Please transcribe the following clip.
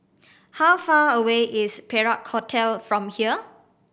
how far away is Perak Hotel from here